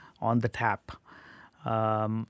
on-the-tap